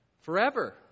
forever